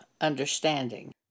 understanding